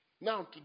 Now